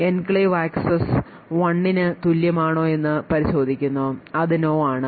enclave access 1 ന് തുല്യമാണോ എന്ന് പരിശോധിക്കുന്നു അത് no ആണ്